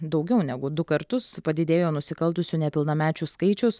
daugiau negu du kartus padidėjo nusikaltusių nepilnamečių skaičius